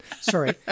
Sorry